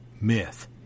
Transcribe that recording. myth